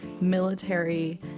military